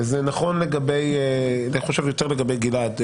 וזה נכון יותר לגבי גלעד,